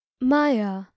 Maya